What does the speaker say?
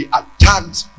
attacked